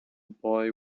boy